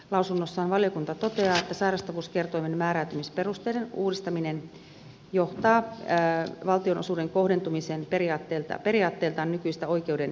lausunnossaan valiokunta toteaa että sairastavuuskertoimen määräytymisperusteiden uudistaminen johtaa valtionosuuden kohdentumiseen periaatteeltaan nykyistä oikeudenmukaisemmin